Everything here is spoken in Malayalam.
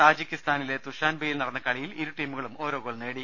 താജിക്കിസ്ഥാനിലെ ദുഷാൻബെയിൽ നടന്ന കളിയിൽ ഇരു ടീമുകളും ഓരോ ഗോൾ നേടി